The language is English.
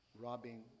robbing